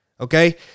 okay